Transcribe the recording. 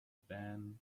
pan